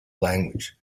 language